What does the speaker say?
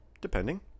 depending